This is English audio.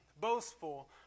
boastful